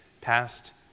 Past